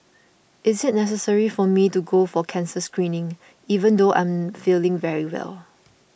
is it necessary for me to go for cancer screening even though I am feeling very well